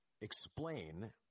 explain